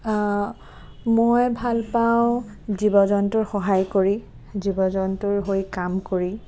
মই ভাল পাওঁ জীৱ জন্তুৰ সহায় কৰি জীৱ জন্তুৰ হৈ কাম কৰি